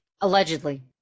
Allegedly